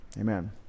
Amen